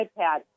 iPad